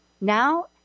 Now